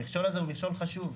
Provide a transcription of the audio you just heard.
המכשול הזה הוא מכשול חשוב.